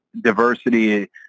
diversity